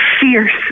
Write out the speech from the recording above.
fierce